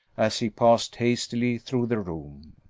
as he passed hastily through the room.